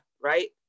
right